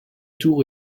tour